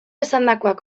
esandakoak